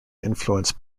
influenced